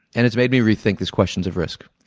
and it's made me rethink these questions of risk.